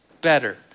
better